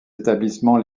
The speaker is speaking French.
établissements